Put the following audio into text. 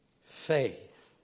Faith